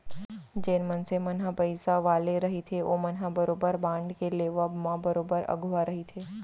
जेन मनसे मन ह पइसा वाले रहिथे ओमन ह बरोबर बांड के लेवब म बरोबर अघुवा रहिथे